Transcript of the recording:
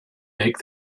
make